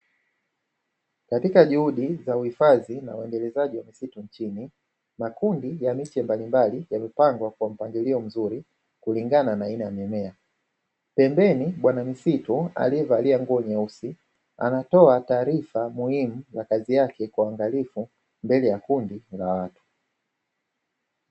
Katika juhudi za uhifadhi na uendelezaji wa misitu nchini, makundi ya miche mbalimbali yamepangwa kwa mpangilio mzuri kulingana na aina ya mimea. Pembeni bwana misitu aliyevalia nguo nyeusi anatoa taarifa muhimu za kazi yake kwa uangalifu mbele ya kundi la watu.